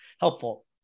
helpful